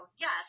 yes